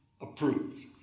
approved